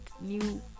new